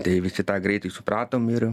tai visi tą greitai supratom ir